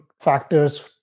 factors